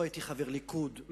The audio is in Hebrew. לא הייתי חבר הליכוד,